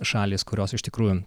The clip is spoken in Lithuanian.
šalys kurios iš tikrųjų